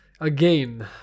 Again